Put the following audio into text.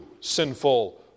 sinful